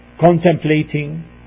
contemplating